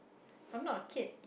I'm not a kid